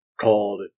called